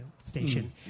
station